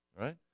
right